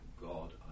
God